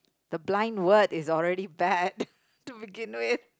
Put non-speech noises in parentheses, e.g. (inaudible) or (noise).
the blind word is already bad (laughs) to begin with